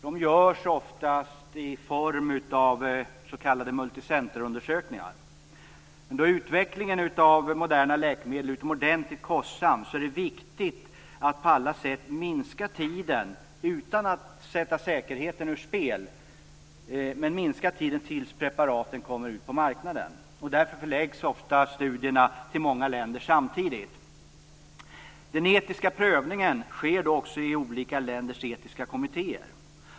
De görs oftast i form av s.k. multicenterundersökningar. Då utvecklingen av moderna läkemedel är utomordentligt kostsam är det viktigt att på alla sätt minska tiden, utan att sätta säkerheten ur spel, tills preparaten kommer ut på marknaden. Därför förläggs ofta studierna till många länder samtidigt. Den etiska prövningen sker då också i olika länders etiska kommittéer.